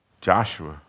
Joshua